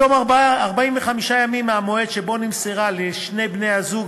בתום 45 ימים מהמועד שבו נמסרה לשני בני-הזוג